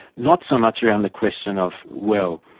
not so much around the question of well,